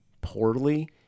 poorly